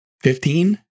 fifteen